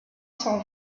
cent